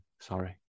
Sorry